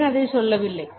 ஏன் அதை சொல்லவில்லை